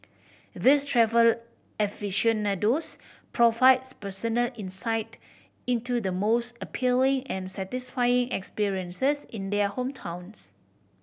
these travel aficionados provide personal insight into the most appealing and satisfying experiences in their hometowns